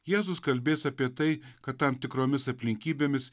jėzus kalbės apie tai kad tam tikromis aplinkybėmis